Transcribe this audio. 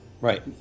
Right